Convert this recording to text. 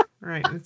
Right